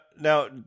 now